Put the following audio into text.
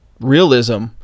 realism